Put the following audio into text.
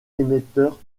émetteur